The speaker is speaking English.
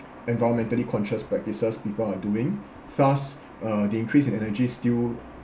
environmentally conscious practices people are doing thus uh the increased in energy still